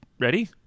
ready